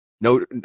No